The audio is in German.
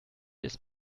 ist